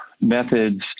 methods